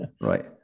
right